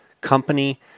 company